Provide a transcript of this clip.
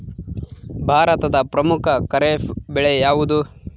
ಭಾರತದ ಪ್ರಮುಖ ಖಾರೇಫ್ ಬೆಳೆ ಯಾವುದು?